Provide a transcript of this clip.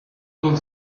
could